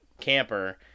camper